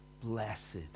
blessed